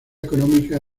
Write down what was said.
económica